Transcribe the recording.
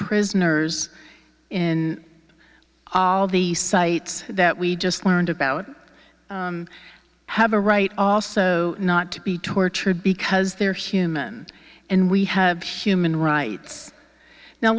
prisoners in the sites that we just learned about have a right also not to be tortured because they're human and we have human rights now